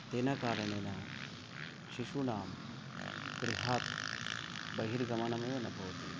तेन कारणेन शिशूनां गृहात् बहिर्गमनमेव न भवति